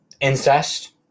incest